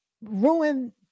ruin